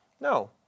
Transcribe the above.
No